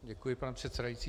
Děkuji, pane předsedající.